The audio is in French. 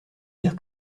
dire